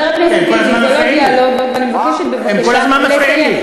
שואלים, אתה רשאי לענות, אתם רשאים לענות.